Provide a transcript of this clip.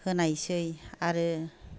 होदोंमोन आरो